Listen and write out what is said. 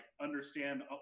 understand